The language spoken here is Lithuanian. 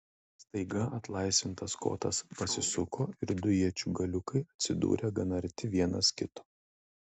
staiga atlaisvintas kotas pasisuko ir du iečių galiukai atsidūrė gana arti vienas kito